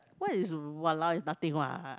what is !walao! is nothing what